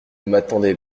m’attendais